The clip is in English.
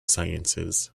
sciences